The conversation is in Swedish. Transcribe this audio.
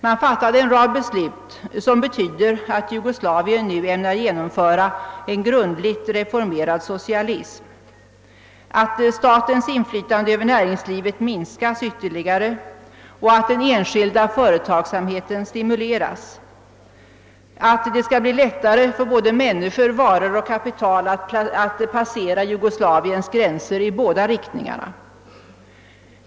Det fattades en rad beslut som betyder att Jugoslavien nu ämnar genomföra en grundligt reformerad socialism, att statens inflytande över näringslivet minskas ytterligare, att den enskilda företagsamheten stimuleras och att det skall bli lättare för både människor, varor och kapital att passera Jugoslaviens gränser i båda riktningarna.